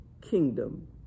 kingdom